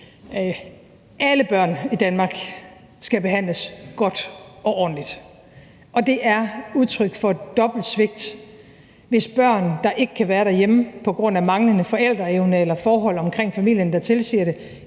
Alle børn i Danmark skal behandles godt og ordentligt. Og det er udtryk for et dobbelt svigt, hvis børn, der ikke kan være derhjemme på grund af manglende forældreevne eller forhold omkring familien, der tilsiger det,